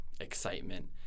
excitement